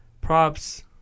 props